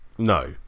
No